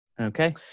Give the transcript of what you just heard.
Okay